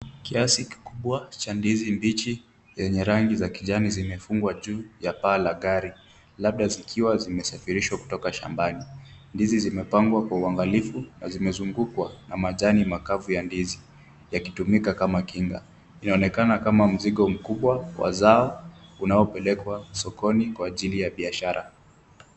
Kiasi kikubwa cha ndizi mbichi yenye rangi za kijani zimefungwa juu ya paa la gari labda zikiwa zimesafirishwa kutoka shambani, ndizi zimepangwa kwa uangalifu na zimezungukwa na majani makavu ya ndizi, yakitumika kama kinga, inaonekana kama mzigo mkubwa wa zao unaopelekwa sokoni kwa ajili ya biashara.